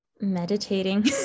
meditating